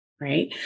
right